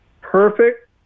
perfect